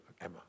Emma